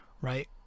Right